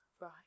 Right